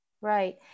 Right